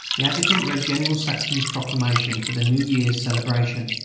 the adjutant read general saxton's proclamation for the new year's celebration.